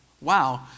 wow